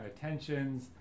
tensions